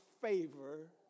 favor